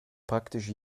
praktisch